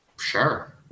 Sure